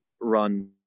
run